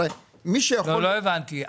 לא הבנתי.